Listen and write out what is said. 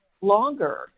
longer